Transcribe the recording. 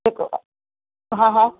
हा हा